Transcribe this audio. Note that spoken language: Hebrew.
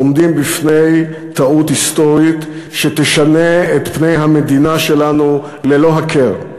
עומדים בפני טעות היסטורית שתשנה את פני המדינה שלנו ללא הכר.